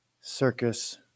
circus